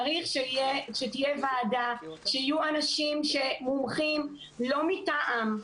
צריך שתהיה ועדה, שיהיו אנשים שמומחים, לא מטעם.